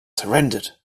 surrendered